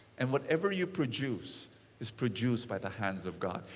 and whatever you produce is produced by the hands of god.